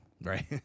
Right